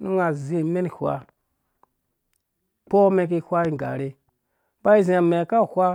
nu unga aze umen ihwa ukpɔ umen iki ihwa ingarhe iba izi ame aka hwa,